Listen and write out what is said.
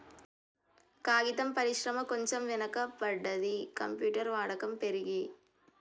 కాగితం పరిశ్రమ కొంచెం వెనక పడ్డది, కంప్యూటర్ వాడకం పెరిగి